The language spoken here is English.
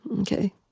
Okay